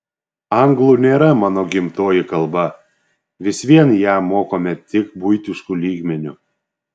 anglų nėra mano gimtoji kalba vis vien ją mokame tik buitišku lygmeniu